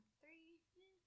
three